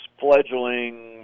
fledgling